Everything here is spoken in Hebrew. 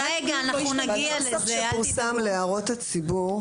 בנוסח שפורסם להערות הציבור.